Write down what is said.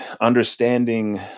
understanding